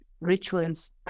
rituals